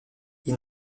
ils